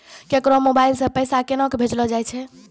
केकरो मोबाइल सऽ पैसा केनक भेजलो जाय छै?